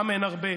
גם אין הרבה.